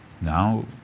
now